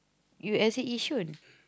you exit Yishun